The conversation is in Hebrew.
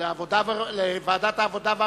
בוועדת העבודה,